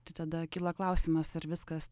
tai tada kyla klausimas ar viskas